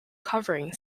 covering